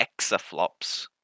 exaflops